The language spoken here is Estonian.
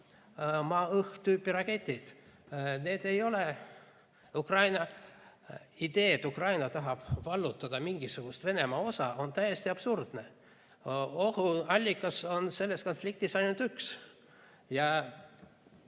maa-õhk-tüüpi raketid. Need ei ole Ukraina ideed. See mõte, et Ukraina tahab vallutada mingisugust Venemaa osa, on täiesti absurdne. Ohuallikas on selles konfliktis ainult üks.